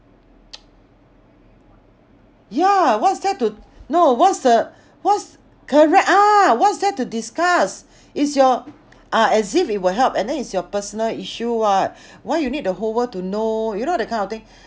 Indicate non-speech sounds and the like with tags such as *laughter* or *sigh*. *noise* yeah what's there to no what's the what's correct ah what's there to discuss it's your ah as if it will help and then it's your personal issue [what] why you need the whole world to know you know that kind of thing